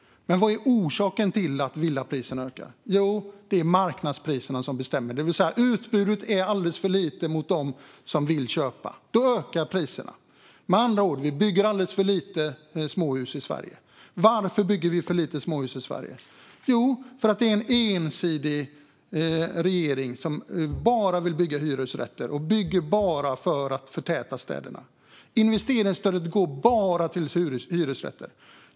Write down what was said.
Men vad är orsaken till att villapriserna har ökat? Jo, det är marknadspriserna som bestämmer, det vill säga att utbudet är alldeles för litet mot dem som vill köpa. Då ökar priserna. Med andra ord bygger vi alldeles för få småhus i Sverige. Varför bygger vi för få småhus i Sverige? Jo, för att regeringen agerar ensidigt och bara vill bygga hyresrätter och bygger bara för att förtäta städerna. Investeringsstödet går bara till hyresrätter.